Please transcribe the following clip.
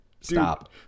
Stop